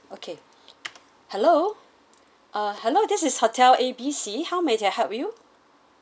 okay hello uh hello this is hotel A B C how may I help you